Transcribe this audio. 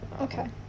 Okay